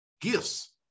gifts